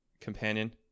companion